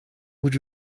would